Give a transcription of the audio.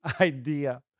idea